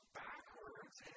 backwards